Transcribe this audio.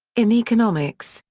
in economics,